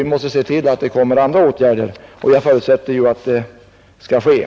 Vi måste se till att det vidtas andra åtgärder och jag förutsätter att så sker.